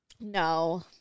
No